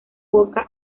boca